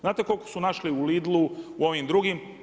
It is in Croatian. Znate koliko su našli u Lidlu, u ovim drugim?